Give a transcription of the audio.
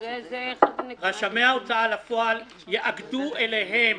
רשמי ההוצאה לפועל יאגדו אליהם